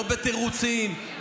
לא בתירוצים,